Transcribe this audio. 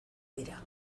dira